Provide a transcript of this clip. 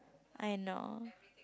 I know